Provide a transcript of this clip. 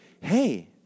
hey